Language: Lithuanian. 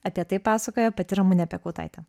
apie tai pasakoja pati ramunė piekautaitė